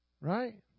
Right